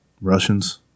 Russians